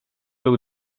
był